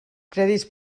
crèdits